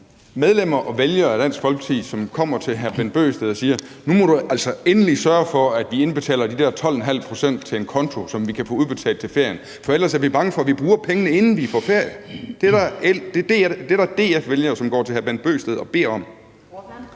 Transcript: medlemmer og vælgere i Dansk Folkeparti, som kommer til hr. Bent Bøgsted og siger: Nu må du altså endelig sørge for, at vi indbetaler de der 12,5 pct. til en konto, som vi kan få udbetalt til ferien, for ellers er vi bange for, at vi bruger pengene, inden vi får ferie. Det er der DF-vælgere som går til hr. Bent Bøgsted og beder om.